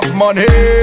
money